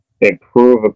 improve